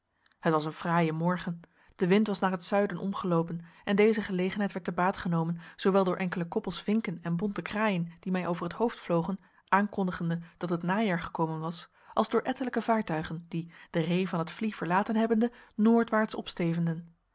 het was een fraaie morgen de wind was naar het zuiden omgeloopen en deze gelegenheid werd te baat genomen zoowel door enkele koppels vinken en bonte kraaien die mij over t hoofd vlogen aankondigende dat het najaar gekomen was als door ettelijke vaartuigen die de ree van t vlie verlaten hebbende noordwaarts opstevenden